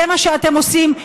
זה מה שאתם עושים.